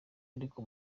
ariko